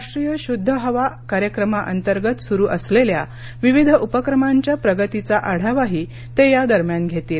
राष्ट्रीय शुद्ध हवा कार्यक्रमांतर्गत सुरु असलेल्या विविध उपक्रमांच्या प्रगतीचा आढावाही ते या दरम्यान घेतील